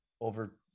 over